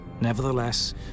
Nevertheless